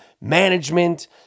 management